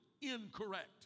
incorrect